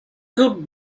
good